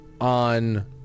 on